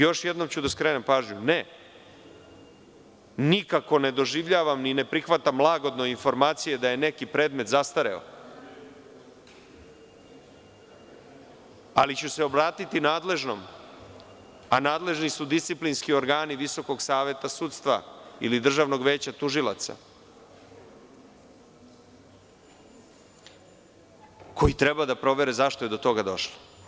Još jednom ću da skrenem pažnju, ne, nikako ne doživljavam i ne prihvatam lagodno informacije da je neki predmet zastareo, ali ću se obratiti nadležnom, a nadležni su disciplinski organi Visokog saveta sudstva ili Državnog veća tužilaca, koji treba da provere zašto je do toga došlo.